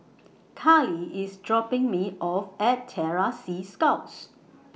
Karlee IS dropping Me off At Terror Sea Scouts